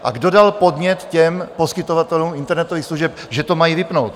A kdo dal podnět těm poskytovatelům internetových služeb, že to mají vypnout?